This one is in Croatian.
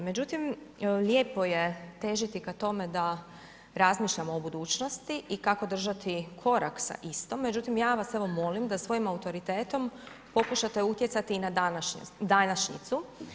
Međutim, lijepo je težiti ka tome da razmišljamo o budućnosti i kako držati korak sa istom, međutim, ja vas evo molim da svojim autoritetom pokušate utjecati i na današnjicu.